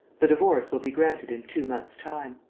the divorce will be granted in two months' time.